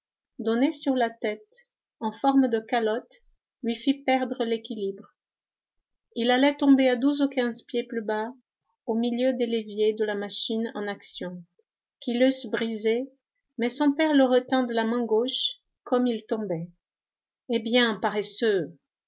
sur la tête en forme de calotte lui fit perdre l'équilibre il allait tomber à douze ou quinze pieds plus bas au milieu des leviers de la machine en action qui l'eussent brisé mais son père le retint de la main gauche comme il tombait eh bien paresseux